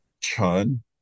chun